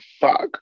Fuck